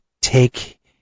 take